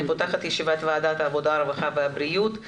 השעה 11:11. אני פותחת את ישיבת ועדת העבודה הרווחה והבריאות.